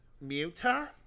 Muta